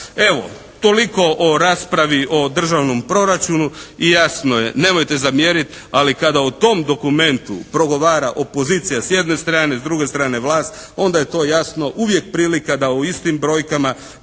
Evo toliko o raspravi o državnom proračunu. I jasno je, nemojte zamjeriti ali kada o tom dokumentu progovara opozicija s jedne strane, s druge strane vlast onda je to jasno uvijek prilika da o istim brojkama